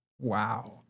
Wow